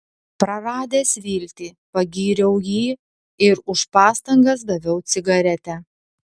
praradęs viltį pagyriau jį ir už pastangas daviau cigaretę